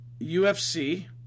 UFC